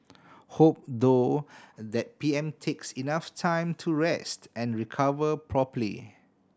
hope though that P M takes enough time to rest and recover properly